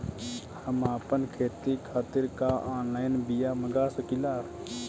हम आपन खेती खातिर का ऑनलाइन बिया मँगा सकिला?